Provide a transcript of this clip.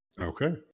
Okay